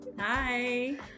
Hi